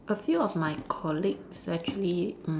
a few of my colleagues actually mm